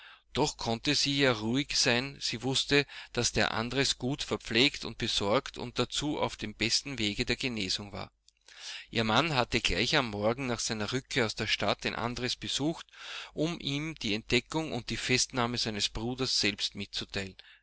doch konnte sie ja ruhig sein sie wußte daß der andres gut verpflegt und besorgt und dazu auf dem besten wege der genesung war ihr mann hatte gleich am morgen nach seiner rückkehr aus der stadt den andres besucht um ihm die entdeckung und die festnahme seines bruders selbst mitzuteilen